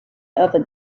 other